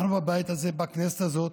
אנחנו בבית הזה, בכנסת הזאת,